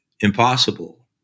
impossible